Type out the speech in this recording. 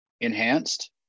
enhanced